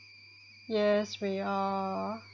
yes we are